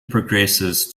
progresses